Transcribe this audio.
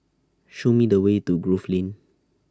Show Me The Way to Grove Lane